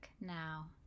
now